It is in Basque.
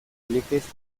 nekez